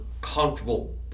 comfortable